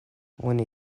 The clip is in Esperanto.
oni